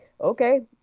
okay